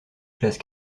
classe